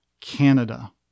Canada